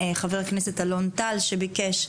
חבר הכנסת אלון טל שביקש.